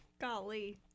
Golly